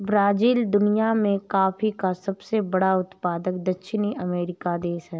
Brazil दुनिया में coffee का सबसे बड़ा उत्पादक दक्षिणी अमेरिकी देश है